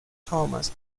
thomas